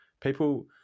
people